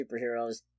superheroes